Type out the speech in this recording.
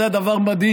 אתה יודע, דבר מדהים: